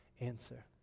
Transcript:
answer